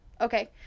Okay